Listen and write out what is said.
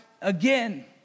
again